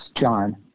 John